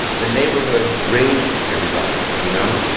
the neighborhood raised everybody, you know?